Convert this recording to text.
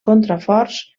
contraforts